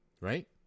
Right